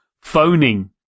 phoning